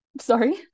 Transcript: sorry